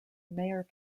mayor